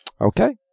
Okay